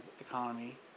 economy